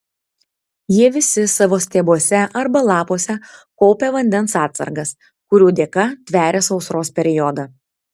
jie visi savo stiebuose arba lapuose kaupia vandens atsargas kurių dėka tveria sausros periodą